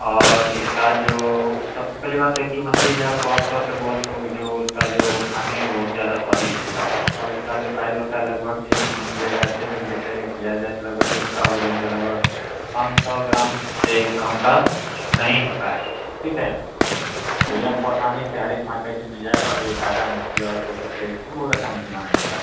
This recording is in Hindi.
और इसका जो सबसे पहली बात तो है कि मछली आमतौर पे बहुत जो उसका जो खाने में बहुत ज़्यादा स्वादिष्ट होता है और इसका जो साइज होता है लगभग एक मछली अगर अच्छे से तरीके से किया जाए तो लगभग एक का वजन जो है लगभग पाँच सौ ग्राम से कम का नहीं होता है ठीक है तो ये आपको आसानी से हर एक मार्केट में मिल जाएगा और ये ताजा मछली और बहुत अच्छे बहुत अच्छा मछली माना जाता है